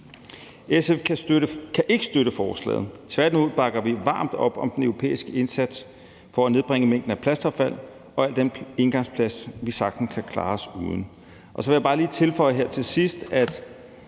SF kan ikke støtte forslaget. Tværtimod bakker vi varmt op om den europæiske indsats for at nedbringe mængden af plastaffald og al den engangsplast, vi sagtens kan klare os uden. Og så vil jeg bare lige tilføje her til sidst, for